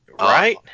Right